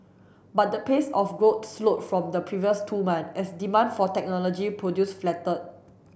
but the pace of growth slowed from the previous two month as demand for technology produce flatter